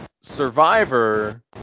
Survivor